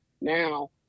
now